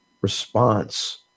response